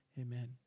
Amen